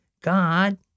God